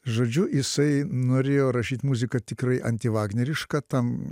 žodžiu jisai norėjo rašyt muziką tikrai antivagnerišką tam